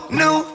new